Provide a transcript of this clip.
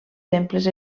temples